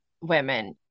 women